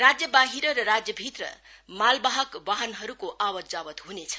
राज्यबाहिर र राज्यभित्र मालवाहक वाहनहरूको आवातजावात हुनेछ